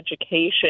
education